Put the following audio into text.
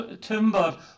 timber